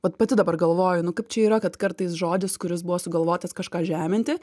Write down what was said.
vat pati dabar galvoju nu kaip čia yra kad kartais žodis kuris buvo sugalvotas kažką žeminti